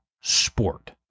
sport